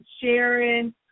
Sharon